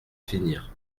finir